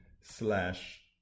slash